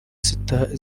sita